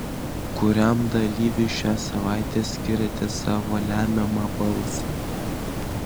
kuriam dalyviui šią savaitę skiriate savo lemiamą balsą